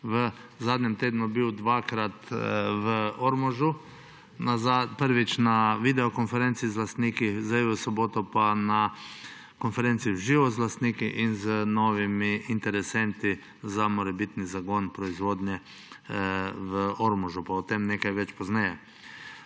v zadnjem tednu dvakrat v Ormožu. Prvič na videokonferenci z lastniki, zdaj v soboto pa na konferenci v živo z lastniki in z novimi interesenti za morebitni zagon proizvodnje v Ormožu. Pa o tem nekaj več pozneje.